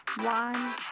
one